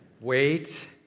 wait